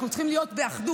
אנחנו צריכים להיות באחדות.